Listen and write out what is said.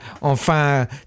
enfin